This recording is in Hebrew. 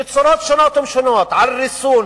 בצורות שונות ומשונות, על ריסון,